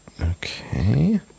okay